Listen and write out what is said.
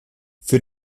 für